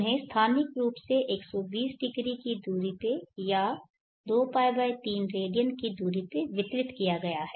उन्हें स्थानिक रूप से 120 डिग्री की दूरी या 2π3 रेडियन की दूरी पर वितरित किया गया है